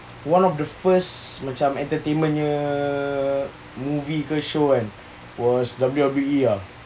one of the first macam entertainment punya movie show kan was W_W_E ah